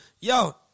yo